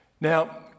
Now